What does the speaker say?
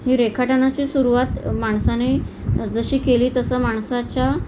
ही रेखाटनाची सुरुवात माणसानी जशी केली तसं माणसाच्या